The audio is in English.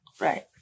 Right